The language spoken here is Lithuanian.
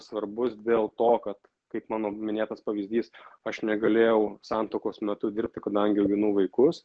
svarbus dėl to kad kaip mano minėtas pavyzdys aš negalėjau santuokos metu dirbti kadangi auginau vaikus